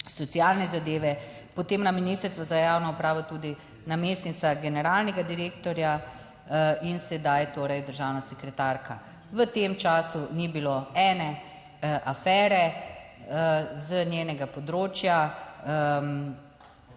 socialne zadeve, potem na Ministrstvu za javno upravo tudi namestnica generalnega direktorja in sedaj torej državna sekretarka. V tem času ni bilo ene afere z njenega področja.